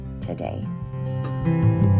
today